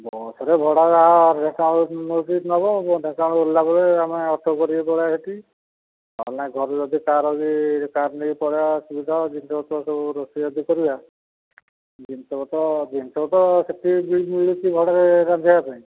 ବସ୍ରେ ଭଡ଼ା ଯେତେ ନେଉଛି ନେବ ଢେଙ୍କାନାଳରେ ଓହ୍ଲେଇଲା ପରେ ଆମେ ଅଟୋ କରିକି ପଳେଇବା ସେଠି ନ ହେଲେ ନାଇଁ ଘରେ ଯଦି କାହାର ବି କାର୍ ନେଇକି ପଳେଇବା ସୁବିଧା ହେବ ଜିନିଷପତ୍ର ସବୁ ରୋଷେଇ ବାସ କରିବା ଜିନିଷପତ୍ର ଜିନିଷପତ୍ର ସେଠି ବି ମିଳୁଛି ଭଡ଼ାରେ ରାନ୍ଧିବା ପାଇଁ